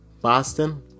Boston